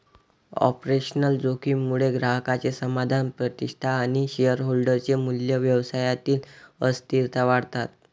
operational जोखीम मुळे ग्राहकांचे समाधान, प्रतिष्ठा आणि शेअरहोल्डर चे मूल्य, व्यवसायातील अस्थिरता वाढतात